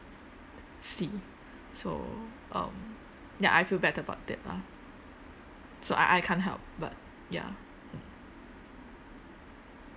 see so um ya I feel bad about that lah so I I can't help but ya mm